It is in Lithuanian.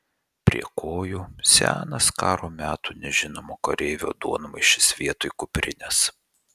prie kojų senas karo metų nežinomo kareivio duonmaišis vietoj kuprinės